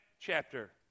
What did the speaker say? chapter